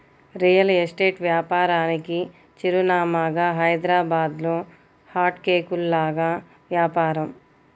real estate వ్యాపారానికి చిరునామాగా హైదరాబాద్లో హాట్ కేకుల్లాగా వ్యాపారం